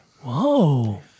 Whoa